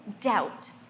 doubt